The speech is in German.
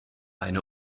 eine